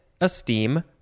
esteem